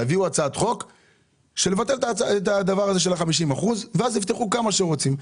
תביאו הצעה לבטל את העניין של 50% ואז יפתחו כמה שרוצים.